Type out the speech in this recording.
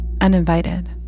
uninvited